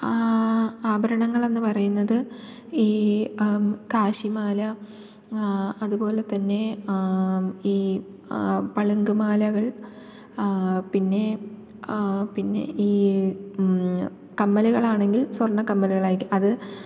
ആഭരണങ്ങൾ എന്ന് പറയുന്നത് ഈ കാശി മാല അതുപോലെത്തന്നെ ഈ പളുങ്കുമാലകൾ പിന്നെ പിന്നെ ഈ കമ്മലുകളാണെങ്കിൽ സ്വർണ്ണ കമ്മലുകളായിട്ട് അത്